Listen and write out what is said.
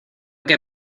que